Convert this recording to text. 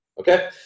okay